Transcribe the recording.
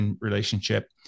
relationship